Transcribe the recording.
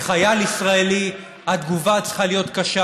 בחייל ישראלי, התגובה צריכה להיות קשה.